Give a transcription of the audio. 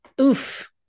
oof